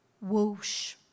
Whoosh